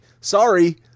sorry